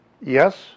yes